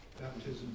baptisms